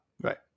Right